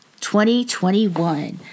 2021